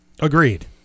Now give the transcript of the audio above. Agreed